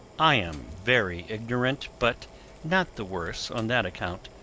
i am very ignorant, but not the worse on that account.